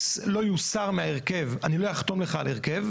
לא יוסר מההרכב אני לא אחתום לך על הרכב.